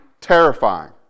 terrifying